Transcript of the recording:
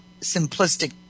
simplistic